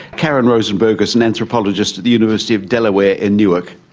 karen rosenberg is an anthropologist at the university of delaware in newark,